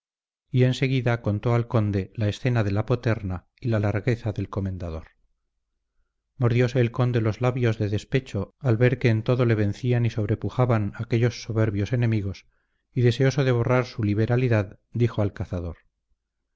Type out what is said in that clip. y enseguida contó el conde la escena de la poterna y la largueza del comendador mordióse el conde los labios de despecho al ver que en todo le vencían y sobrepujaban aquellos soberbios enemigos y deseoso de borrar su liberalidad dijo al cazador